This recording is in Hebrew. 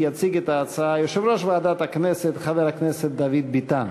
יציג את ההצעה יושב-ראש ועדת הכנסת חבר הכנסת דוד ביטן.